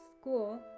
School